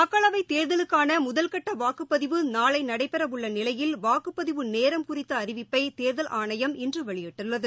மக்களவை தேர்தலுக்கான முதல்கட்ட வாக்குபதிவு நாளை நடைபெற உள்ள நிலையில் வாக்குபதிவு நேரம் குறித்த அறிவிப்பை தேர்தல் ஆணையம் இன்று வெளியிட்டுள்ளது